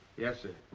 yes, sir.